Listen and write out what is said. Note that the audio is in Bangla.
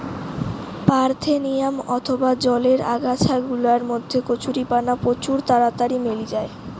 পারথেনিয়াম অথবা জলের আগাছা গুলার মধ্যে কচুরিপানা প্রচুর তাড়াতাড়ি মেলি জায়